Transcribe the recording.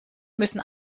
müssen